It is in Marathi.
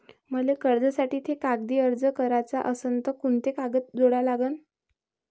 मले कर्जासाठी थे कागदी अर्ज कराचा असन तर कुंते कागद जोडा लागन?